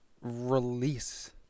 release